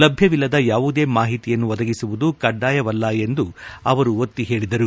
ಲಭ್ಯವಿಲ್ಲದ ಯಾವುದೇ ಮಾಹಿತಿಯನ್ನು ಒದಗಿಸುವುದು ಕಡ್ಡಾಯವಲ್ಲ ಎಂದು ಅವರು ಒತ್ತಿ ಹೇಳಿದರು